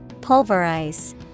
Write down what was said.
Pulverize